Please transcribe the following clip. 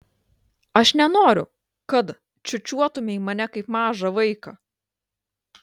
aš nenoriu kad čiūčiuotumei mane kaip mažą vaiką